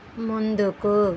ముందుకు